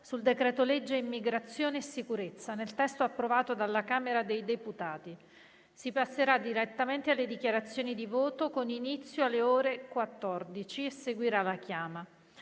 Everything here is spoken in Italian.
sul decreto-legge immigrazione e sicurezza, nel testo approvato dalla Camera dei deputati. Si passerà direttamente alle dichiarazioni di voto, con inizio alle ore 14. Seguirà la chiama.